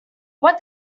what